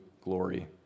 glory